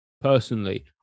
personally